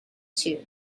too